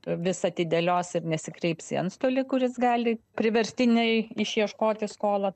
vis atidėlios ir nesikreips į antstolį kuris gali priverstinai išieškoti skolą